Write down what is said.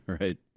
right